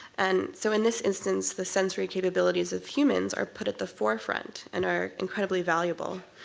and so in this instance, the sensory capabilities of humans are put at the forefront and are incredibly valuable.